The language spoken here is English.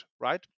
Right